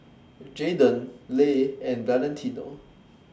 Jaydan Le and Valentino